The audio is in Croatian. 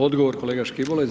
Odgovor kolega Škibola.